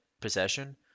possession